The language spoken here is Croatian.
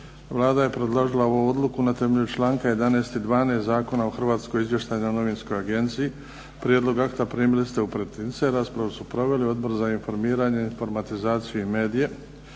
Vlada je predložila ovu odluku na temelju članka 11. i 12. Zakona o Hrvatskoj izvještajnoj novinskoj agenciji. Prijedlog akta primili ste u pretince. Raspravu su proveli Odbor za informiranje, informatizaciju i medije.